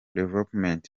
development